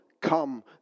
come